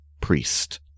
priest